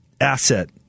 asset